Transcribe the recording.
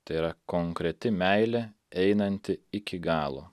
tai yra konkreti meilė einanti iki galo